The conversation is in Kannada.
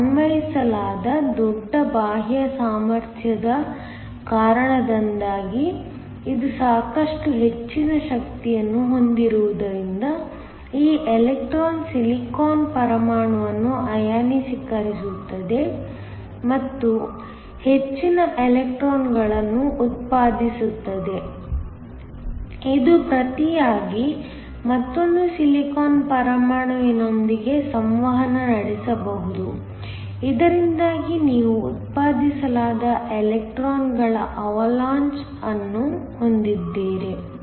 ಮತ್ತು ಅನ್ವಯಿಸಲಾದ ದೊಡ್ಡ ಬಾಹ್ಯ ಸಾಮರ್ಥ್ಯದ ಕಾರಣದಿಂದಾಗಿ ಇದು ಸಾಕಷ್ಟು ಹೆಚ್ಚಿನ ಶಕ್ತಿಯನ್ನು ಹೊಂದಿರುವುದರಿಂದ ಆ ಎಲೆಕ್ಟ್ರಾನ್ ಸಿಲಿಕಾನ್ ಪರಮಾಣುವನ್ನು ಅಯಾನೀಕರಿಸುತ್ತದೆ ಮತ್ತು ಹೆಚ್ಚಿನ ಎಲೆಕ್ಟ್ರಾನ್ಗಳನ್ನು ಉತ್ಪಾದಿಸುತ್ತದೆ ಇದು ಪ್ರತಿಯಾಗಿ ಮತ್ತೊಂದು ಸಿಲಿಕಾನ್ ಪರಮಾಣುವಿನೊಂದಿಗೆ ಸಂವಹನ ನಡೆಸಬಹುದು ಇದರಿಂದಾಗಿ ನೀವು ಉತ್ಪಾದಿಸಲಾದ ಎಲೆಕ್ಟ್ರಾನ್ಗಳ ಅವಲಾಂಚ್ ಅನ್ನು ಹೊಂದಿದ್ದೀರಿ